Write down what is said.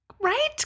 Right